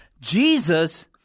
Jesus